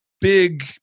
big